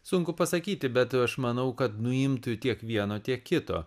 sunku pasakyti bet aš manau kad nuimtų tiek vieno tiek kito